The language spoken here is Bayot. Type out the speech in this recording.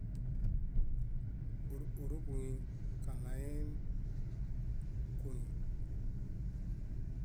Kuru kuruġuŋiŋ kaɭayen kuŋiŋ.